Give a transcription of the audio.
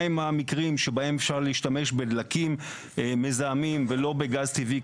מה הם המקרים שבהם אפשר להשתמש בדלקים מזהמים ולא בגז טבעי,